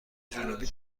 جنوبی